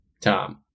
Tom